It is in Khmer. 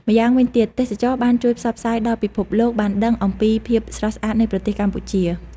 ម្យ៉ាងវិញទៀត ទេសចរណ៍បាន ជួយផ្សព្វផ្សាយដល់ពិភពលោកបានដឹង អំពីភាពស្រស់ស្អាតនៃប្រទេសកម្ពុជា។